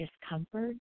discomfort